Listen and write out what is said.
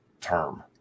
term